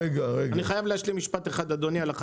אני חייב להשלים משפט, אדוני, על החקלאי,